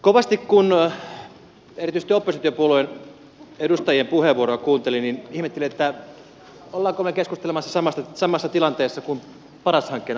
kovasti kun erityisesti oppositiopuolueen edustajien puheenvuoroja kuunteli ihmetteli olemmeko me keskustelemassa samassa tilanteessa kuin paras hankkeen aloittamisen aikaan